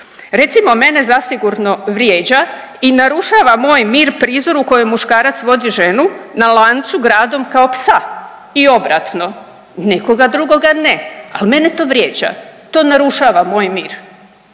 Recimo mene zasigurno vrijeđa i narušava moj mir prizor u kojem muškarac vodi ženu na lancu gradom kao psa i obratno. Nekoga drugoga ne, ali mene to vrijeđa. To narušava moj mir,